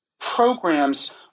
programs